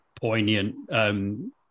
poignant